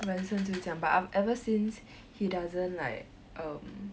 人生就是这样 but ever since he doesn't like um